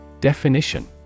Definition